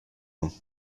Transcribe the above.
mains